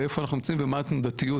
ואיפה אנחנו נמצאים ומה התנודתיות.